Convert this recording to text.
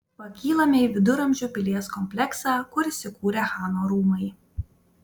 pakylame į viduramžių pilies kompleksą kur įsikūrę chano rūmai